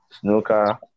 snooker